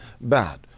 bad